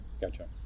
Gotcha